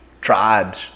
tribes